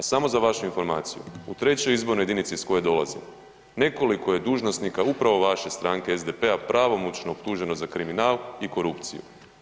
A samo za vašu informaciju u 3. izbornoj jedinici iz koje dolazim nekoliko je dužnosnika upravo vaše stranke SDP-a pravomoćno optuženo za kriminal i korupciju.